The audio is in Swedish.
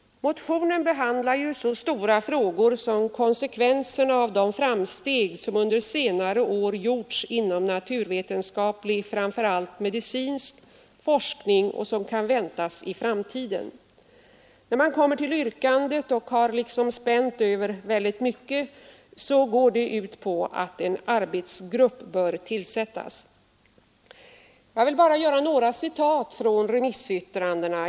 Motionen behandlar så stora frågor som konsekvenserna av de framsteg som under senare år gjorts inom naturvetenskaplig framför allt medicinsk forskning och som kan väntas i framtiden. Efter själva motionstexten, som spänner över ett vitt fält, kommer yrkandet, som går ut gå att en arbetsgrupp skall tillsättas. Jag vill bara göra några citat från remissyttrandena.